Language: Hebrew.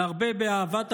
אנחנו נרבה באהבת אחים,